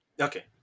Okay